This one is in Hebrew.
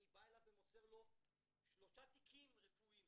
אני בא אליו ומוסר לו שלושה תיקים רפואיים,